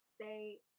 say